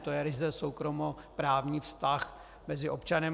To je ryze soukromoprávní vztah mezi občanem.